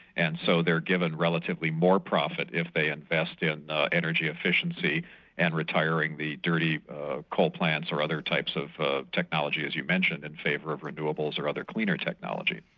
and so they're given relatively more profit if they invest in energy efficiency and retiring the dirty coal plants or other types of technology, as you mentioned, in favour of renewables or other cleaner technology.